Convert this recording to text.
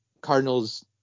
Cardinals